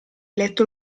letto